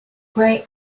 grey